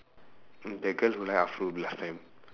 mm that girl who like last time